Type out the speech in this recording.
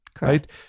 right